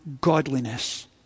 godliness